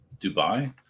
Dubai